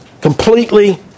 Completely